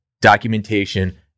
documentation